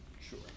sure